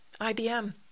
IBM